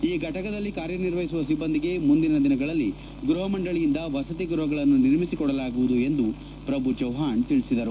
ಈ ಫಟಕದಲ್ಲಿ ಕಾರ್ಯನಿರ್ವಹಿಸುವ ಸಿಬ್ಬಂದಿಗೆ ಮುಂದಿನ ದಿನಗಳಲ್ಲಿ ಗೃಹ ಮಂಡಳಿಯಿಂದ ವಸತಿ ಗೃಹಗಳನ್ನು ನಿರ್ಮಿಸಿಕೊಡಲಾಗುವುದು ಎಂದು ಪ್ರಭು ಚೌವ್ವಾಣ್ ತಿಳಿಸಿದರು